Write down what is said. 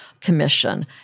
Commission